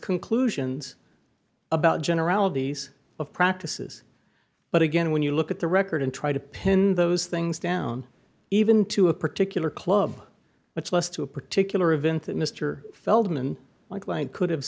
conclusions about generalities of practices but again when you look at the record and try to pin those things down even to a particular club much less to a particular event that mr feldman my client could